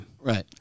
Right